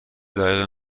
دقیق